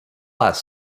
ask